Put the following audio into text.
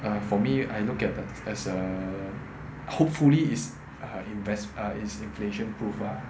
uh for me I look at the as a hopefully is uh inves~ is inflation proof ah